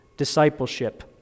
discipleship